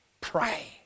pray